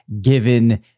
given